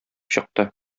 чыкты